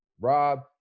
Rob